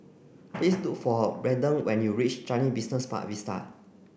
please look for Braeden when you reach Changi Business Park Vista